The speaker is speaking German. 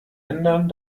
ändern